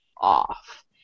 off